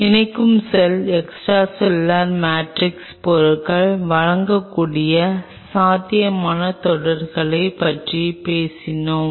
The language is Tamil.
இணைக்கும் செல் எக்ஸ்ட்ராசெல்லுலர் மேட்ரிக்ஸ் பொருட்கள் வழங்கக்கூடிய சாத்தியமான தொடர்புகளைப் பற்றி பேசுவோம்